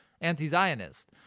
anti-Zionist